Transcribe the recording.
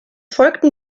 folgten